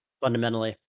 Fundamentally